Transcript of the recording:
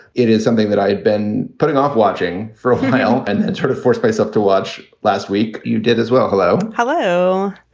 it is something that i had been putting off watching for a while and it sort of forced myself to watch last week. you did as well. hello hello.